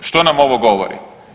Što nam ovo govori?